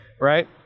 right